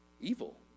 evil